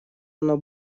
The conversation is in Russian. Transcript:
оно